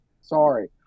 Sorry